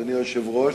אדוני היושב-ראש,